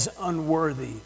unworthy